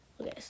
Okay